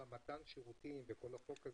מתן השירותים וכל החוק הזה,